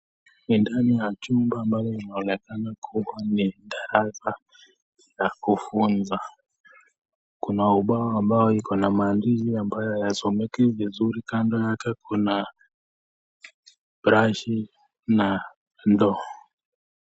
Ni ndani ya chumba ambayo inaonekana kuwa ni darasa ya kufunza. Kuna ubao ambayo iko na maandishi ambayo yasomekani vizuri. Kando yake kuna brashi na ndoo.